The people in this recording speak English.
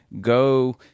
Go